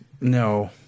No